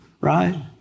right